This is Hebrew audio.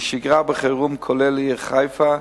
בשגרה ובחירום, כולל בעיר חיפה,